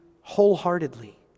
wholeheartedly